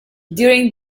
during